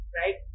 right